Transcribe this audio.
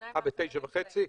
אה, ב-09:30?